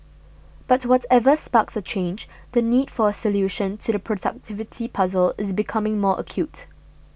but whatever sparks a change the need for a solution to the productivity puzzle is becoming more acute